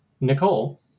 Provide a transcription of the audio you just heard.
Nicole